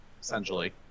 essentially